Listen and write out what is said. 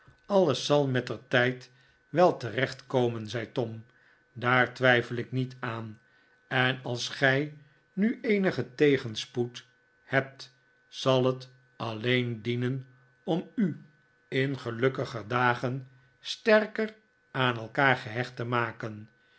alles zal mettertijd wel terecht komen zei tom daar twijfel ik niet aan en als gij nu eenigen tegenspoed hebt zal het alleen dienen om u in gelukkiger dagen sterker aan elkaar gehecht te maken